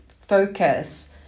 focus